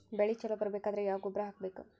ಬೆಳಿ ಛಲೋ ಬರಬೇಕಾದರ ಯಾವ ಗೊಬ್ಬರ ಹಾಕಬೇಕು?